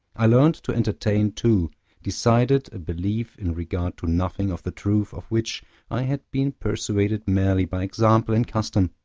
i learned to entertain too decided a belief in regard to nothing of the truth of which i had been persuaded merely by example and custom